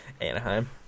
Anaheim